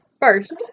First